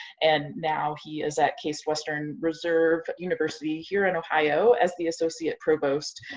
and now he is at case western reserve university here in ohio as the associate provost.